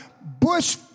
bush